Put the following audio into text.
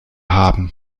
haben